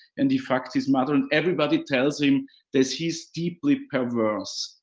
and he fucked his mother. and everybody tells him that he's deeply perverse.